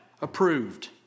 approved